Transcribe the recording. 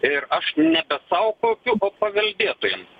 ir aš nebe sau kaupiu o paveldėtojam